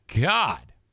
God